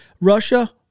Russia